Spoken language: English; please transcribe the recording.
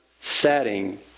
setting